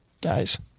Guys